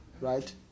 right